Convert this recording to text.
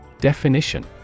Definition